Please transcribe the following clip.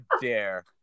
dare